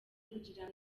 kugira